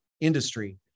industry